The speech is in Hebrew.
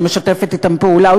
שמשתפת אתם פעולה.